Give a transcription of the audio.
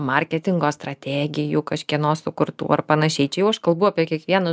marketingo strategijų kažkieno sukurtų ar panašiai čia jau aš kalbu apie kiekvieną